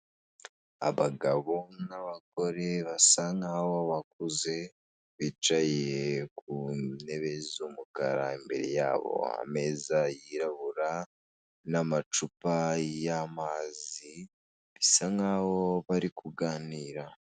Abagabo n'abagore basa nk'aho bakuze, bicaye ku ntebe z'umukara. Imbere yabo hari ameza yirabura n'amacupa y'amazi. Bisa n'aho bari kuganira.